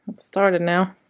started now.